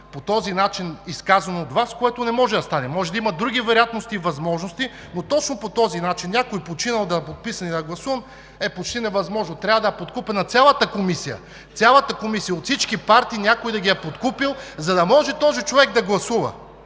по този начин изказана от Вас, което не може да стане. Може да има други вероятности и възможности, но точно по този начин – някой починал да е подписан и да е гласувал, е почти невъзможно. Трябва да е подкупена цялата комисия – цялата комисия от всички партии, някой да ги е подкупил, за да може този човек да гласува,